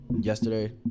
yesterday